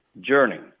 journey